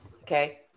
Okay